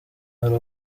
hari